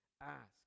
ask